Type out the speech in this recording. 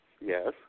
Yes